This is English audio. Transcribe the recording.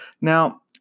Now